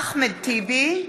(קוראת בשם חבר הכנסת) אחמד טיבי,